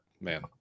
man